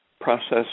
process